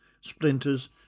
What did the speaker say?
splinters